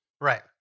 Right